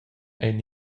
ein